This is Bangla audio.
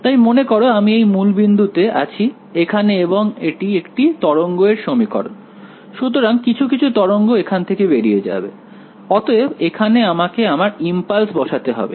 তাই মনে করো আমি এই মূলবিন্দু তে আছি এখানে এবং এটি একটি তরঙ্গ এর সমীকরণ সুতরাং কিছু কিছু তরঙ্গ এখান থেকে বেরিয়ে যাবে অতএব এখানে আমাকে আমার ইমপালস বসাতে হবে